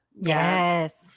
Yes